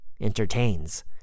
Entertains